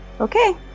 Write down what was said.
Okay